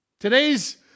Today's